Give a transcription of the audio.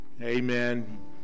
amen